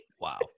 Wow